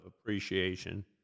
appreciation